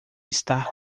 estar